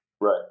Right